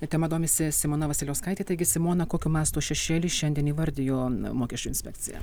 ir tema domisi simona vasiliauskaitė taigi simona kokiu mestų šešėlį šiandien įvardijo mokesčių inspekcija